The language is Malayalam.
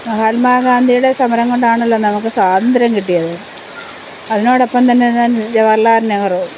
മഹാത്മാ ഗാന്ധിയുടെ സമരംകൊണ്ടാണല്ലോ നമ്മള്ക്കു സ്വാതന്ത്ര്യം കിട്ടിയത് അതിനോടൊപ്പം തന്നെ ജവഹർലാൽ നെഹ്റു